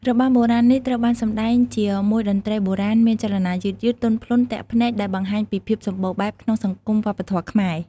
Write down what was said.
របាំបុរាណនេះត្រូវបានសម្តែងជាមួយតន្ត្រីបុរាណ មានចលនាយឺតៗ ទន់ភ្លន់ ទាក់ភ្នែក ដែលបង្ហាញពីភាពសម្បូរបែបក្នុងសង្គមវប្បធម៌ខ្មែរ។